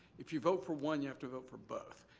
if you vote for one, you have to vote for both.